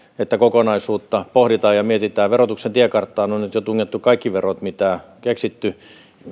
että kokonaisuutta pohditaan ja mietitään verotuksen tiekarttaan on jo nyt tungettu kaikki verot mitä on keksitty